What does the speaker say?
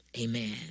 Amen